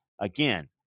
Again